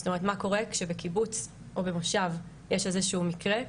זאת אומרת מה קורה כשבקיבוץ או במושב יש איזשהו מקרה.